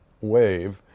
wave